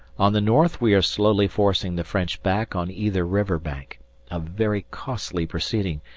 on the north we are slowly forcing the french back on either river bank a very costly proceeding,